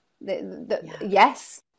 Yes